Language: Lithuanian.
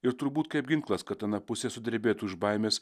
ir turbūt kaip ginklas kad ana pusė sudrebėtų iš baimės